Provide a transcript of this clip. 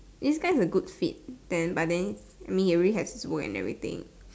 this guy's a good seed then but then I mean he already have his work and everything